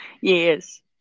Yes